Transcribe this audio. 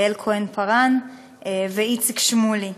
יעל כהן-פארן ואיציק שמולי,